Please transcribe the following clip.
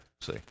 See